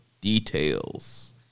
details